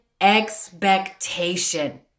expectation